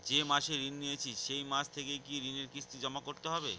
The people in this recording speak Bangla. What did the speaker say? যে মাসে ঋণ নিয়েছি সেই মাস থেকেই কি ঋণের কিস্তি জমা করতে হবে?